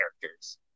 characters